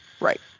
right